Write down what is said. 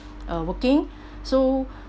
uh working so